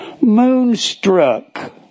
moonstruck